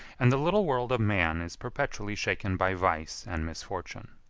and the little world of man is perpetually shaken by vice and misfortune.